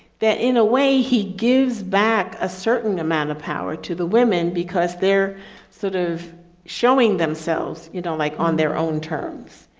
that in a way, he gives back a certain amount of power to the women because they're sort of showing themselves, you know, like, on their own terms.